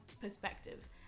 perspective